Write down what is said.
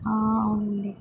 ఉంది